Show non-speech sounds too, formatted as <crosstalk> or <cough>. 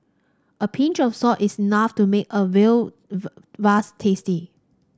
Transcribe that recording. a pinch of salt is enough to make a veal <unintelligible> tasty